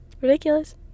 Ridiculous